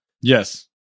Yes